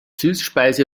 süßspeise